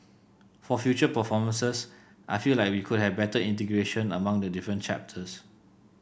for future performances I feel like we could have better integration among the different chapters